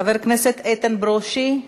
חבר הכנסת איתן ברושי,